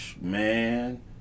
man